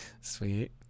sweet